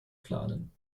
planen